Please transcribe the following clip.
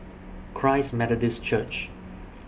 Christ Methodist Church